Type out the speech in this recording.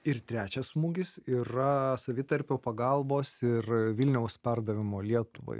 ir trečias smūgis yra savitarpio pagalbos ir vilniaus perdavimo lietuvai